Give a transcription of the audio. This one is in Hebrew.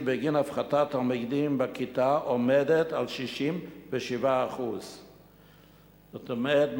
בגין הפחתת תלמידים בכיתה עומדת על 67%. זאת אומרת,